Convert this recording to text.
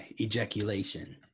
ejaculation